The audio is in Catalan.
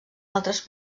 altres